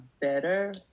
better